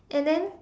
and then